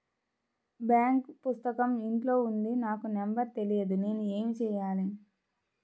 Bank పుస్తకం ఇంట్లో ఉంది నాకు నంబర్ తెలియదు నేను ఏమి చెయ్యాలి?